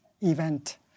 event